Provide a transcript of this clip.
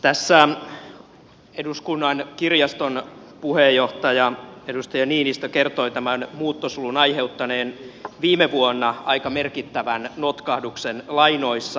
tässä eduskunnan kirjaston puheenjohtaja edustaja niinistö kertoi tämän muuttosulun ai heuttaneen viime vuonna aika merkittävän notkahduksen lainoissa